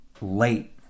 late